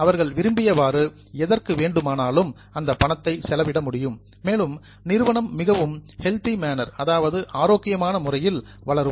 அவர்கள் விரும்பியவாறு எதற்கு வேண்டுமானாலும் அந்த பணத்தை செலவிட முடியும் மேலும் நிறுவனம் மிகவும் ஹெல்தி மேனர் ஆரோக்கியமான முறையில் வளரும்